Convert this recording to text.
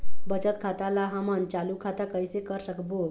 बचत खाता ला हमन चालू खाता कइसे कर सकबो?